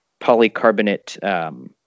polycarbonate